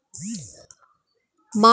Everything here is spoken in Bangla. মার্কেট গার্ডেনিং কি?